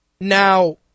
Now